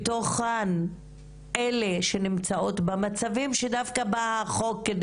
מתוכן אלו שנמצאות במצבים שדווקא בא החוק על